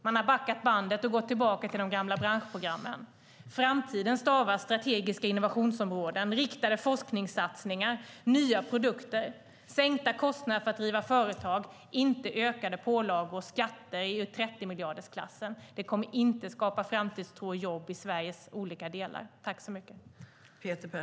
De har backat bandet och gått tillbaka till de gamla branschprogrammen. Framtiden stavas strategiska innovationsområden, riktade forskningssatsningar, nya produkter och sänkta kostnader för att driva företag, inte ökade pålagor och skatter i 30-miljardersklassen. Det kommer inte att skapa framtidstro och jobb i Sveriges olika delar.